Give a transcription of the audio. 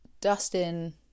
Dustin